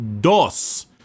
dos